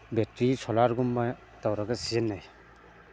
battery ꯁꯣꯂꯥꯔꯒꯨꯝꯕ ꯇꯧꯔꯒ ꯁꯤꯖꯤꯟꯅꯩ